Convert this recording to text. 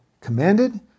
commanded